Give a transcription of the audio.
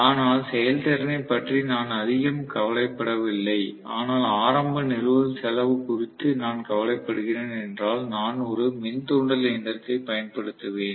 ஆனால் செயல்திறனைப் பற்றி நான் அதிகம் கவலைப்படவில்லை ஆனால் ஆரம்ப நிறுவல் செலவு குறித்து நான் கவலைப்படுகிறேன் என்றால் நான் ஒரு மின் தூண்டல் இயந்திரத்தை பயன்படுத்துவேன்